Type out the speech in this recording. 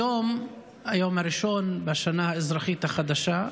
היום הוא היום הראשון בשנה האזרחית החדשה,